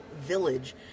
village